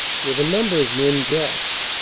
with a number of men gassed.